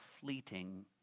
fleeting